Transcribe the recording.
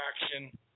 action